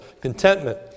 contentment